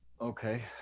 okay